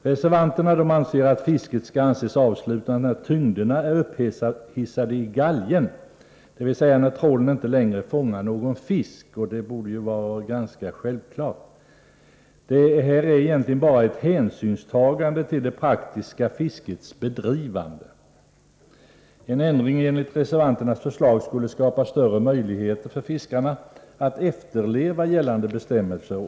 Reservanterna tycker att fisket skall anses avslutat när tyngderna är upphissade i galgen, dvs. när trålen inte längre fångar någon fisk. Detta borde vara självklart. Detta är egentligen bara ett hänsynstagande till det praktiska fiskets bedrivande. En ändring enligt reservanternas förslag skulle skapa större möjligheter för fiskarna att efterleva gällande bestämmelser.